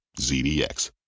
ZDX